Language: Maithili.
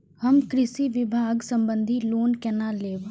हम कृषि विभाग संबंधी लोन केना लैब?